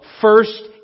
first